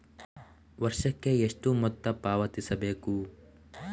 ವರ್ಷಕ್ಕೆ ಎಷ್ಟು ಮೊತ್ತ ಪಾವತಿಸಬೇಕು?